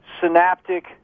synaptic